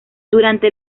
durante